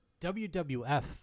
WWF